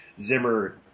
zimmer